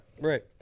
right